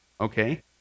okay